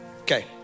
Okay